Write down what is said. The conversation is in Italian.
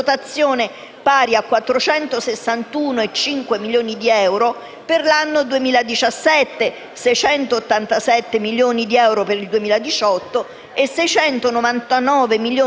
pari a 461,5 milioni di euro per l'anno 2017, 687 milioni di euro per il 2018 e 699 milioni di euro per